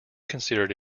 considered